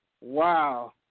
wow